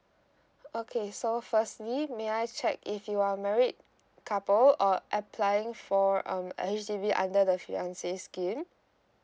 okay so firstly may I check if you're married couple or applying for um a H_D_B under the fiancé scheme